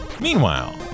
Meanwhile